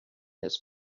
his